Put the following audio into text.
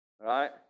right